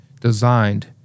designed